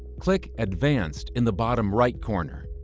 click advanced in the bottom right corner.